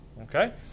Okay